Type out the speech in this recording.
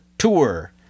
Tour